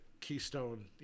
keystone